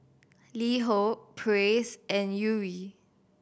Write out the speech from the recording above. LiHo Praise and Yuri